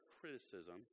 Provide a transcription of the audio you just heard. criticism